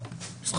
אז,